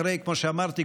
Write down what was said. כמו שאמרתי,